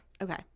Okay